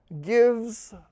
gives